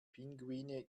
pinguine